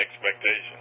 expectations